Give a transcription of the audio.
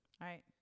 right